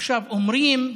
עכשיו אומרים: